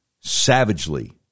savagely